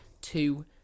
two